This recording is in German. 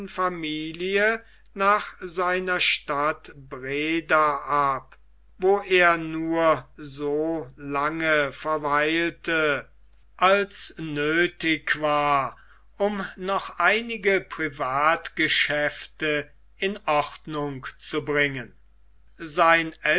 familie nach seiner stadt breda ab wo er nur so lange verweilte als nöthig war um noch einige privatgeschäfte in ordnung zu bringen sein